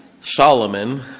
Solomon